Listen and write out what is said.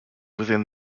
within